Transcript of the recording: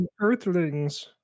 Earthlings